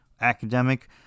academic